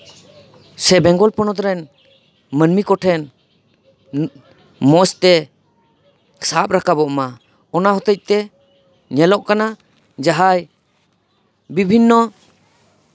ᱥᱮ ᱵᱮᱝᱜᱚᱞ ᱯᱚᱱᱚᱛ ᱨᱮᱱ ᱢᱟᱹᱱᱢᱤ ᱠᱚᱴᱷᱮᱱ ᱢᱚᱡᱽ ᱛᱮ ᱥᱟᱵ ᱨᱟᱠᱟᱵᱚᱜ ᱢᱟ ᱚᱱᱟ ᱦᱚᱛᱮᱡ ᱛᱮ ᱧᱮᱞᱚᱜ ᱠᱟᱱᱟ ᱡᱟᱦᱟᱸᱭ ᱵᱤᱵᱷᱤᱱᱱᱚ